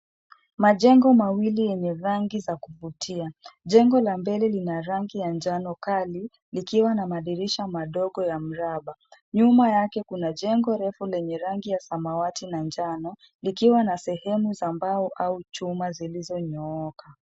Majengo mawili yenye rangi za kuvutia. Jengo la mbele lina rangi ya njano kali likiwa na madirisha madogo ya mraba. Nyuma yake kuna jengo refu lenye rangi ya samawati na njano likiwa na sehemu za mbao au chuma zilizonyooka.